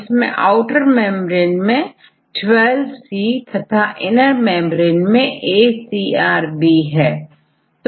इसमें outer membrane में12c तथा इनर मेंब्रेन में AcrB है